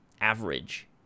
average